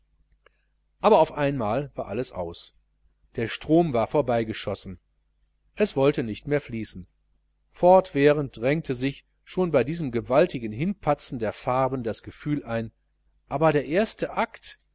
aber auf einmal war alles aus der strom war vorbei geschossen es wollte nicht mehr fließen fortwährend drängte sich schon bei diesen gewaltigen hinpatzen der farben das gefühl ein aber der erste akt